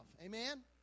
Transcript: Amen